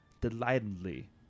delightedly